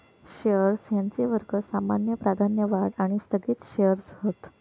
shares यांचे वर्ग सामान्य, प्राधान्य, वाढ आणि स्थगित शेअर्स हत